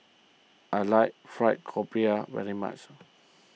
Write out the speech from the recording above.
I like Fried Grouper very much